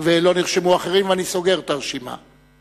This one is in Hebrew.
לא נרשמו אחרים, ואני סוגר את הרשימה.